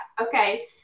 Okay